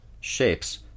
shapes